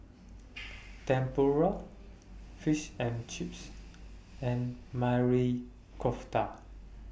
Tempura Fish and Chips and Marry Kofta